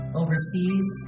overseas